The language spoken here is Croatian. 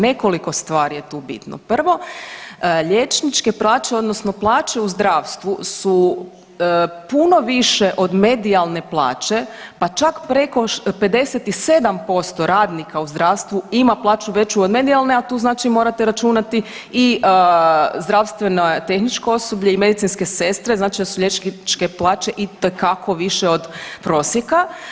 Nekoliko stvari je tu bitno, prvo liječničke plaće odnosno plaće u zdravstvu su puno više od medijalne plaće, pa čak preko 57% radnika u zdravstvu ima plaću veću od medijalne, a tu znači morate računati i zdravstveno tehničko osoblje i medicinske sestre znači da su liječničke plaće itekako više od prosjeka.